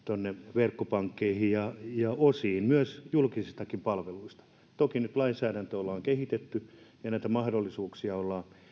verkkopankkeihin ja myös osiin julkisistakin palveluista toki nyt lainsäädäntöä on kehitetty ja näitä mahdollisuuksia on